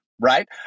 Right